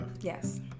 Yes